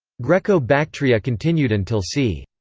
greco-bactria continued until c.